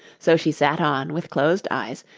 so she sat on, with closed eyes,